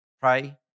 pray